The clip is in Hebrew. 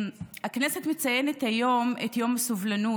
הכנסת מציינת היום את יום הסובלנות,